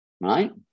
Right